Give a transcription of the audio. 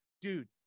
dude